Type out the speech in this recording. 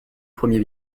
premier